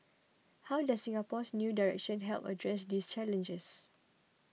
how does Singapore's new direction help address these challenges